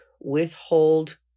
withhold